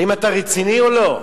האם אתה רציני או לא?